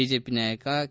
BJP ನಾಯಕ K